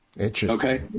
Okay